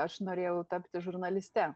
aš norėjau tapti žurnaliste